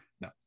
No